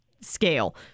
scale